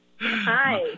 Hi